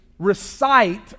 Recite